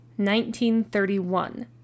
1931